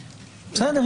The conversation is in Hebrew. בסדר,